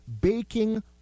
baking